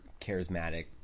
charismatic